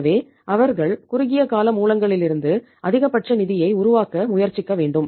எனவே அவர்கள் குறுகிய கால மூலங்களிலிருந்து அதிகபட்ச நிதியை உருவாக்க முயற்சிக்க வேண்டும்